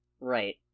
Right